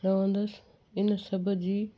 रहंदसि इन सभ जी